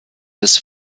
des